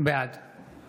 בעד